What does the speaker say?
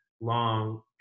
long –